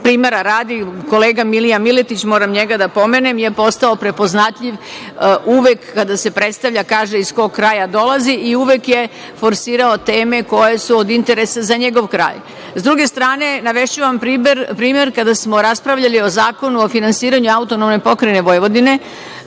Primera radi, kolega Milija Miletić, moram njega da pomenem, je postao prepoznatljiv. Uvek kada se predstavlja, kaže iz kog kraja dolazi i uvek je forsirao teme koje su od interesa za njegov kraj.S druge strane, navešću vam primer kada smo raspravljali o Zakonu o finansiranju AP Vojvodine.